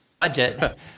budget